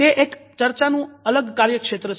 તે એક ચર્ચાનું અલગ કાર્યક્ષેત્ર છે